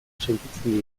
sentitzen